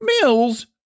Mills